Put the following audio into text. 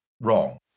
Wrong